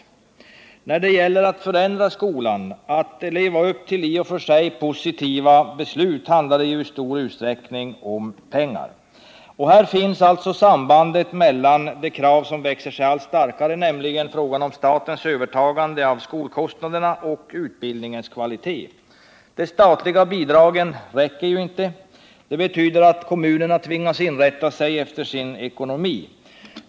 När det gäller att förändra skolan, att leva upp till i och för sig positiva beslut, handlar det i stor utsträckning om pengar. Här finns alltså sambandet mellan det krav som växer sig allt starkare, nämligen kravet på statens övertagande av skolkostnaderna, och utbildningens kvalitet. De statliga bidragen räcker ju inte. Det betyder att kommunerna tvingas inrätta sig efter sin ekonomi.